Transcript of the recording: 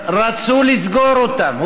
רצו לסגור אותם.